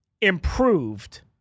improved